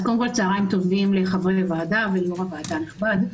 אז קודם כל צוהריים טובים לחברי הוועדה וליו"ר הוועדה הנכבד.